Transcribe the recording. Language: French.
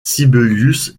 sibelius